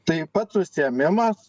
tai pats užsiėmimas